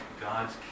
God's